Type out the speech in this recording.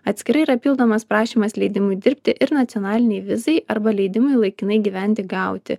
atskirai yra pildomas prašymas leidimui dirbti ir nacionalinei vizai arba leidimui laikinai gyventi gauti